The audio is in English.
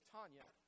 Tanya